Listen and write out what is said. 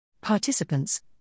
Participants